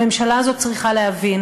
הממשלה הזאת צריכה להבין